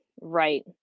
right